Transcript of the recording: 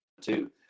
two